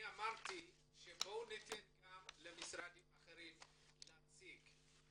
בואו ניתן גם למשרדים אחרים להציג.